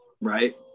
Right